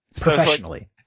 Professionally